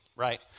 right